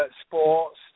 sports